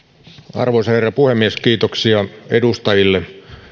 arvoisa herra puhemies kiitoksia edustajille